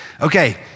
Okay